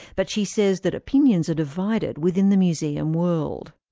but she says that opinions are divided within the museum world.